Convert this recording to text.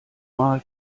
mal